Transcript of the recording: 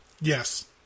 Yes